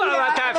לא, רגע.